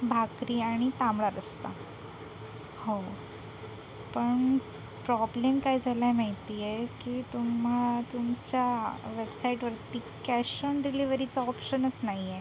भाकरी आणि तांबडा रस्सा हो पण प्रॉब्लेम काय झाला आहे माहिती आहे की तुम्हा तुमच्या वेबसाइटवरती कॅश ऑन डिलिवरीचं ऑप्शनच नाही आहे